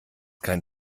kein